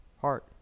heart